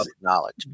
knowledge